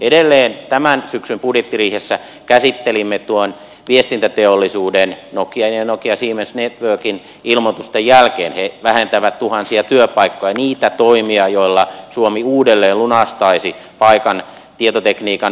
edelleen tämän syksyn budjettiriihessä käsittelimme viestintäteollisuuden nokian ja nokia siemens networksin ilmoitusten jälkeen ne vähentävät tuhansia työpaikkoja niitä toimia joilla suomi uudelleen lunastaisi paikan tietotekniikan edelläkävijänä